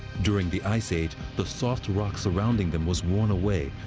during the ice age, the soft rock surrounding them was worn away,